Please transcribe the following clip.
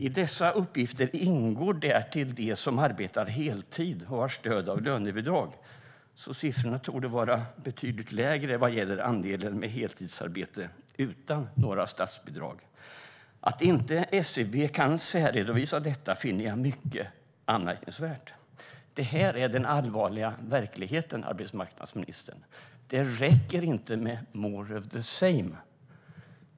I dessa uppgifter ingår därtill de som arbetar heltid och har stöd av lönebidrag, så siffrorna torde vara betydligt lägre vad gäller andelen med heltidsarbete utan några statsbidrag. Att SCB inte kan särredovisa detta finner jag mycket anmärkningsvärt. Detta är den allvarliga verkligheten, arbetsmarknadsministern. Det räcker inte med more of the same.